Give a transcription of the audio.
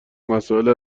مسائل